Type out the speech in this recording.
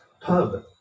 pub